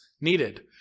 needed